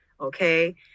Okay